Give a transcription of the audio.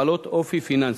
בעלות אופי פיננסי.